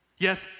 Yes